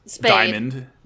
diamond